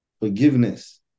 forgiveness